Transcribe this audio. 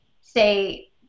say